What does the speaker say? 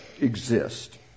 exist